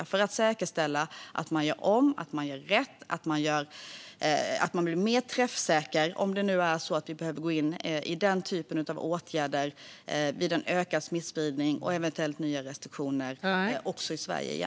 Det gäller att säkerställa att man gör om, att man gör rätt och att man blir mer träffsäker om det nu är så att vi behöver gå in i den typen av åtgärder vid en ökad smittspridning och eventuellt nya restriktioner igen också i Sverige.